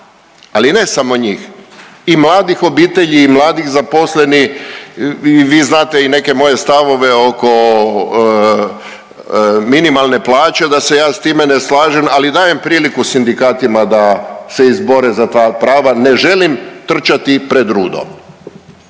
ali ne samo njih i mladih obitelji i mladih zaposlenih i vi znate i neke moje stavove oko minimalne plaće da se ja s time ne slažem, ali dajem priliku sindikatima da se izbore za ta prava, ne želim trčati pred rudo.